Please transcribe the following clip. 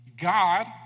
God